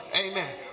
Amen